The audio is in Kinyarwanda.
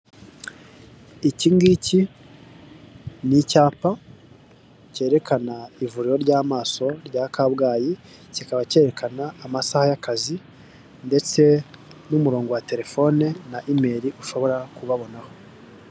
Inyubako nziza yubatswe mu buryo buteye imbere ndetse ikaba ifite ibyumba byinshi cyane harimo iby'ubucuruzi ndetse n'ibindi byo kubamo, inyubako ikikijwe n'imodoka nyinshi ndetse n'abantu, n'abanyamaguru ndetse n'abamotari bahetse abagenzi .